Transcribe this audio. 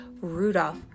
Rudolph